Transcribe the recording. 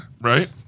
Right